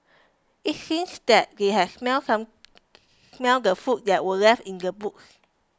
it seemed that they had smelt some smelt the food that were left in the boot